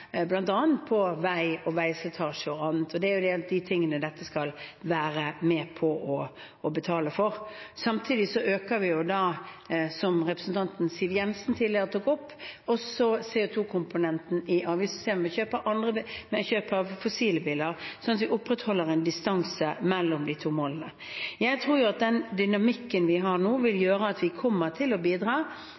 på veislitasje. Det er en av de tingene som dette skal være med på å betale for. Samtidig øker vi, som representanten Siv Jensen tidligere tok opp, CO 2 -komponenten i avgiftssystemet når man kjøper fossilbiler, så vi opprettholder en distanse mellom de to målene. Jeg tror at den dynamikken vi har nå, vil bidra til at personbilmålene våre kan nås med de virkemidlene i 2025. Hovedfokuset vi er nødt til å